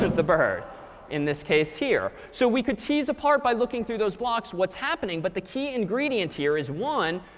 the bird in this case here. so we could tease apart, by looking through those blocks, what's happening. but the key ingredient here is one.